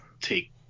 take